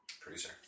producer